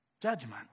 judgment